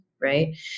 Right